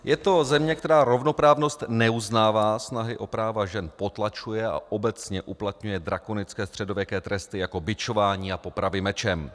Je to země, která rovnoprávnost neuznává, snahy o práva žen potlačuje a obecně uplatňuje drakonické středověké tresty jako bičování a popravy mečem.